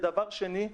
דבר שני,